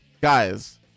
Guys